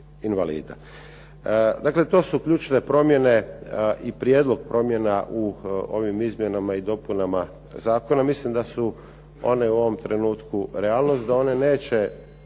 invalida. Dakle, to su ključne promjene i prijedlog promjena u ovim izmjenama i dopunama zakona. Mislim da su one u ovom trenutku realnost, da one neće